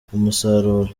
umusaruro